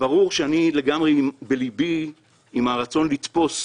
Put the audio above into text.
ברור שבליבי אני שותף לרצון לתפוס